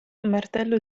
martello